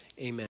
Amen